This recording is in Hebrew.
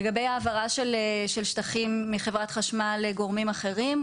לגבי העברה של שטחים מחברת החשמל לגורמים אחרים,